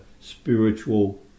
spiritual